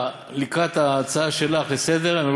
לקראת ההצעה שלך לסדר-היום,